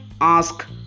ask